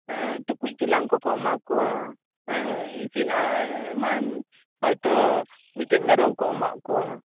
ᱦᱮᱸ ᱴᱩᱠᱩᱡ ᱪᱮᱞᱟᱝ ᱠᱚᱠᱚ ᱮᱢᱟ ᱠᱚᱣᱟ ᱦᱮᱸ ᱤᱥᱤᱱ ᱟᱨᱚᱦᱚᱭ ᱛᱚ ᱢᱤᱜ ᱴᱮᱱ ᱢᱮᱨᱚᱢ ᱠᱚ ᱮᱢᱟᱜ ᱠᱚᱣᱟ